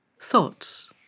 thoughts